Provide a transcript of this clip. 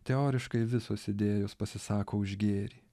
teoriškai visos idėjos pasisako už gėrį